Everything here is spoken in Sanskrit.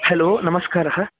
हलो नमस्कारः